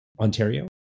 Ontario